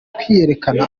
kwiyereka